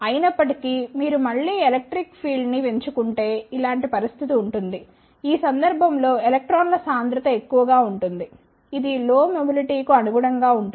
అయినప్పటి కీ మీరు మళ్ళీ ఎలక్ట్రిక్ ఫీల్డ్ ని పెంచుకుంటేఇలాంటి పరిస్థితి ఉంటుంది ఈ సందర్భం లో ఎలక్ట్రాన్ల సాంద్రత ఎక్కువగా ఉంటుంది ఇది లో మెబిలిటీ కు అనుగుణంగా ఉంటుంది